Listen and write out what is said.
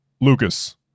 Lucas